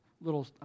little